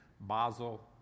Basel